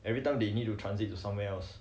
everytime they need to transit to somewhere else